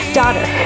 daughter